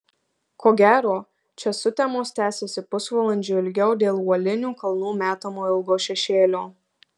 ko gero čia sutemos tęsiasi pusvalandžiu ilgiau dėl uolinių kalnų metamo ilgo šešėlio